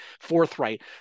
forthright